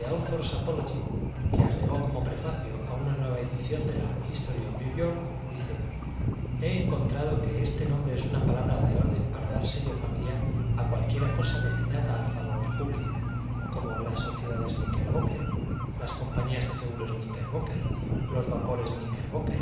apology que agregó como prefacio a una nueva edición de la history of new york dice he encontrado que este nombre es una palabra de orden para dar sello familiar a cualquiera cosa destinada al favor del público como las sociedades kníckerbocker las compañías de seguros kníckerbocker los vapores